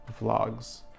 vlogs